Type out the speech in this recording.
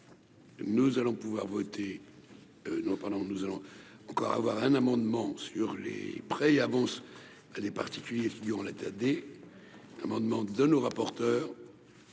nous en parlerons nous allons encore avoir un amendement sur les prêts et avances à des particuliers, l'état des amendements de nos rapporteurs,